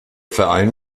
verein